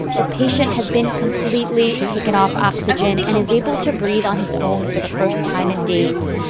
the patient has been completely taken off oxygen and is able to breathe on his own for the first time in days.